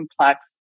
complex